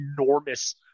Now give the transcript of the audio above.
enormous